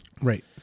Right